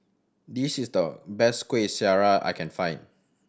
this is the best Kueh Syara I can find